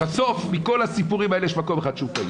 בסוף מכל הסיפורים האלה יש מקום אחד שהוא פעיל.